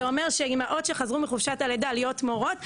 זה אומר שאימהות שחזרו מחופשת הלידה להיות מורות,